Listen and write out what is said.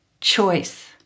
choice